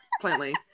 plainly